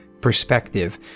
perspective